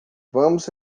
vamos